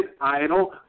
idle